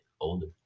older